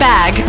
Bag